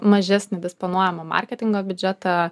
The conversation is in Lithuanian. mažesnę disponuojamo marketingo biudžetą